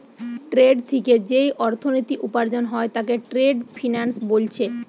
trade থিকে যেই অর্থনীতি উপার্জন হয় তাকে ট্রেড ফিন্যান্স বোলছে